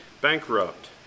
bankrupt